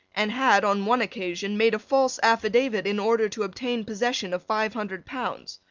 and had, on one occasion, made a false affidavit in order to obtain possession of five hundred pounds.